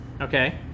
Okay